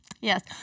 yes